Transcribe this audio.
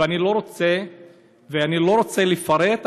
ואני לא רוצה לפרט,